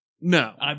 No